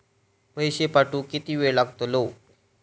पैशे पाठवुक किती वेळ लागतलो?